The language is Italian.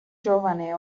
giovane